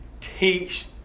teach